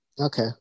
Okay